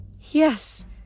Yes